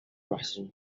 russian